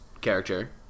character